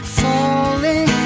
falling